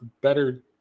better